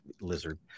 lizard